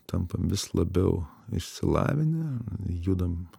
tampam vis labiau išsilavinę judam